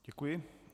Děkuji.